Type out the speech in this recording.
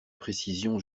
précision